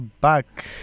Back